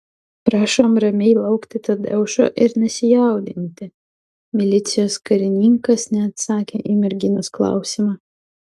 prašom ramiai laukti tadeušo ir nesijaudinti milicijos karininkas neatsakė į merginos klausimą